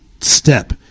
step